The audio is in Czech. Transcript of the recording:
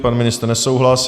Pan ministr nesouhlas.